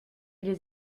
les